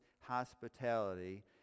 hospitality